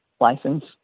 license